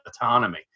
autonomy